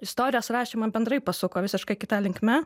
istorijos rašymą bendrai pasuko visiškai kita linkme